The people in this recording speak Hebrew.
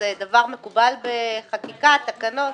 זה דבר מקובל בחקיקה, תקנות?